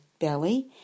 belly